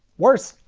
worse,